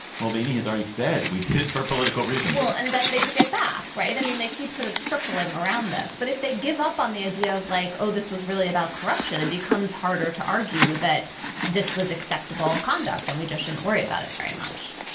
mulvaney has already said we did it for political reasons well and then they took it back right i mean they keep sort of circling around this but if they give up on the idea of like oh this was really about corruption it becomes harder to argue that this was acceptable conduct and we just shouldn't worry about it very much